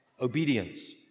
Obedience